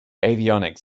avionics